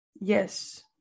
yes